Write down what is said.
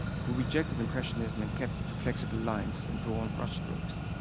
who rejected impressionism and kept to flexible lines and drawn brushstrokes.